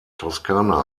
toskana